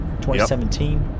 2017